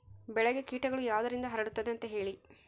ಬೆಳೆಗೆ ಕೇಟಗಳು ಯಾವುದರಿಂದ ಹರಡುತ್ತದೆ ಅಂತಾ ಹೇಳಿ?